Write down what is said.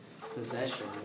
possession